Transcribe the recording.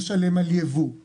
חלים על כל צריכה בישראל.